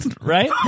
right